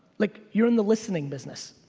like you're in the listening business.